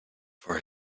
for